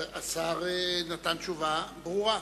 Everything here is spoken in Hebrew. השר נתן תשובה ברורה.